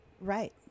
right